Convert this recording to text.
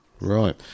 Right